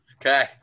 Okay